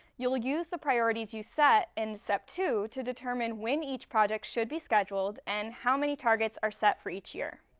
you'll use the priorities you set in step two to determine when each project should be scheduled and how many targets are set for each year.